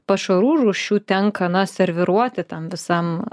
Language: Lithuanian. pašarų rūšių tenka na serviruoti tam visam